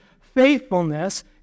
faithfulness